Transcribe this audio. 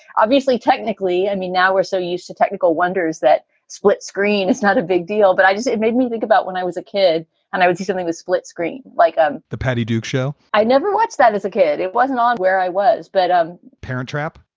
obviously, technically. i mean, now we're so used to technical wonders that split screen is not a big deal. but i just it made me think about when i was a kid and i would do something with split screen like the patty duke show. i never watched that as a kid. it wasn't on where i was. but a parent trap.